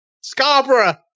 Scarborough